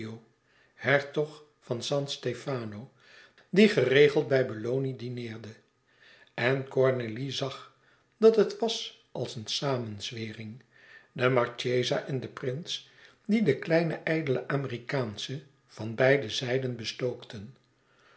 hertog van san stefano die geregeld bij belloni dineerde en cornélie zag dat het was als eene samenzwering de marchesa en de prins die de kleine ijdele amerikaansche van beide zijden bestookten